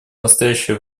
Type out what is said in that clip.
настоящее